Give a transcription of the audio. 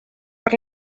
per